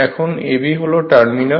এখানে ab হল terminal